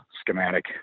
schematic